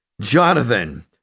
Jonathan